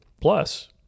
Plus